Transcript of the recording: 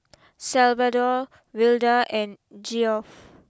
Salvador Wilda and Geoff